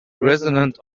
resonant